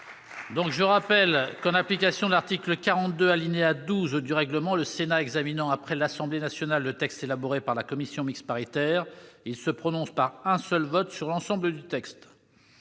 Je rappelle que, en application de l'article 42, alinéa 12, du règlement, lorsqu'il examine après l'Assemblée nationale le texte élaboré par la commission mixte paritaire, le Sénat se prononce par un seul vote sur l'ensemble du texte.